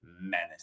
menace